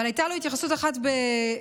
אבל הייתה לו התייחסות אחת במרץ,